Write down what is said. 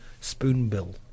Spoonbill